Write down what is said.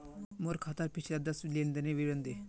मोर खातार पिछला दस लेनदेनेर विवरण दे